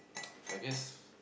I guess